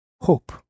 hope